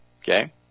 okay